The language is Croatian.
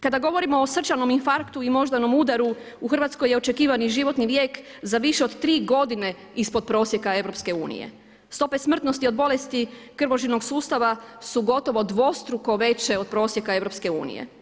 Kada govorimo o srčanom infarktu i moždanom udaru u Hrvatskoj je očekivani životni vijek za više od tri godine ispod prosjeka EU, stope smrtnosti od bolesti krvožilnog sustava su gotovo dvostruko veće od prosjeka EU.